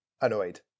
annoyed